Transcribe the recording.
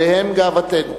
עליהם גאוותנו,